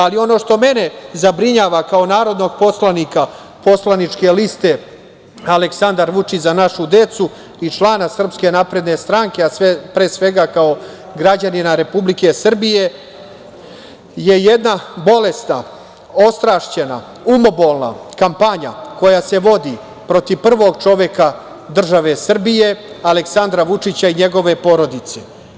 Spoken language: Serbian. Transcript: Ali, ono što mene zabrinjava kao narodnog poslanika poslaničke liste Aleksandar Vučić – Za našu decu i člana SNS, a pre svega kao građanina Republike Srbije, je jedna bolesna, ostrašćena, umobolna kampanja koja se vodi protiv prvog čoveka države Srbije Aleksandra Vučića i njegove porodice.